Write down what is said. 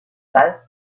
phase